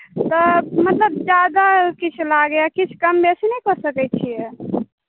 तऽ मतलब ज्यादा किछु लागैए किछु कम बेसी नहि कऽ सकैत छियै